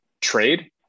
trade